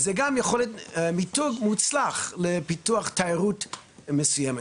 וזה גם יכול להיות מיתוג מוצלח לפיתוח תיירות מסוים.